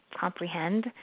comprehend